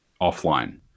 offline